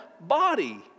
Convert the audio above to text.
body